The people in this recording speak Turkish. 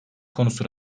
konusu